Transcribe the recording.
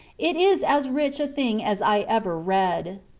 it is as rich a thing as i ever read.